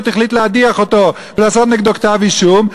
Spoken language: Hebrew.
החליט להדיח אותו ולעשות נגדו כתב-אישום.